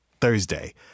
Thursday